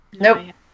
Nope